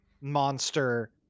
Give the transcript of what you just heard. monster